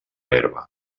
herba